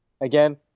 Again